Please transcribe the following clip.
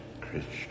Christian